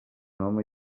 home